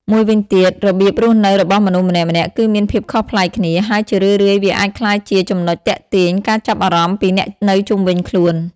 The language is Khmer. មួយវិញទៀតរបៀបរស់នៅរបស់មនុស្សម្នាក់ៗ គឺមានភាពខុសប្លែកគ្នា ហើយជារឿយៗវាអាចក្លាយជាចំណុចទាក់ទាញការចាប់អារម្មណ៍ពីអ្នកនៅជុំវិញខ្លួន។